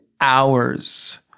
hours